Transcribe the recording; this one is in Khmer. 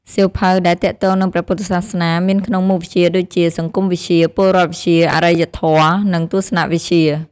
សៀវភៅដែលទាក់ទងនឹងព្រះពុទ្ធសាសនាមានក្នុងមុខវិជ្ជាដូចជា សង្គមវិទ្យា ពលរដ្ឋវិទ្យា អរិយធម៌ និងទស្សនវិជ្ជា។